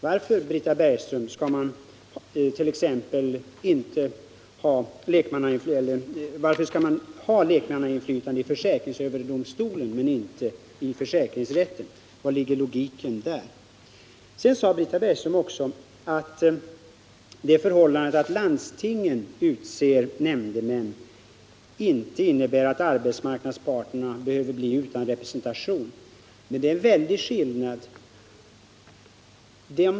Varför, Britta Bergström, skall man ha lekmannainflytande i försäkringsöverdomstolen men inte i försäkringsrätten? Var ligger logiken där? Sedan sade Britta Bergström också att det förhållandet att landstingen utser nämndemän inte innebär att arbetsmarknadsparterna behöver bli utan representation. Det är ändå en väldig skillnad.